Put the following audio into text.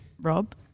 rob